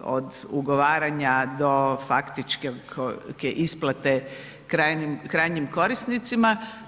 od ugovaranja do faktičke isplate krajnjim korisnicima.